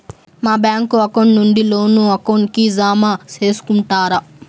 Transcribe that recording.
మా bank account నుండి loan account కి జామ సేసుకుంటారా?